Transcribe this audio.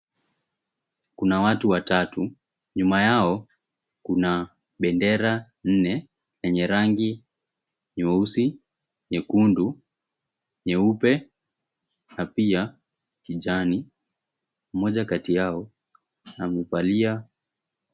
Kuna watu watatu, nyuma yao kuna bendera nne yenye rangi nyeusi, nyekundu, nyeupe na pia kijani. Mmoja kati yao amevalia.